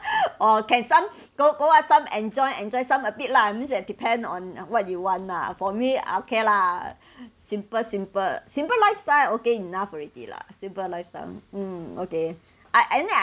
or can some go go out some enjoy enjoy some a bit lah I means that depend on what you want lah for me I okay lah simple simple simple lifestyle okay enough already lah simple lifetime mm okay I I mean I